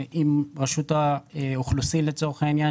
עם רשות האוכלוסין לצורך העניין,